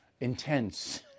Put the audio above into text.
intense